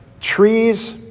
trees